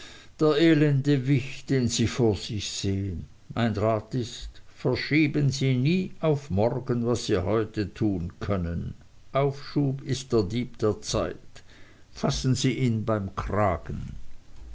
der elende wicht den sie vor sich sehen mein rat ist verschieben sie nie auf morgen was sie heute tun können aufschub ist der dieb der zeit fassen sie ihn beim kragen